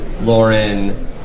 Lauren